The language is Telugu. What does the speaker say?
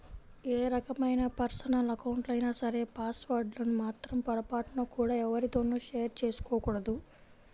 ఏ రకమైన పర్సనల్ అకౌంట్లైనా సరే పాస్ వర్డ్ లను మాత్రం పొరపాటున కూడా ఎవ్వరితోనూ షేర్ చేసుకోకూడదు